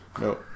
No